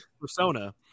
persona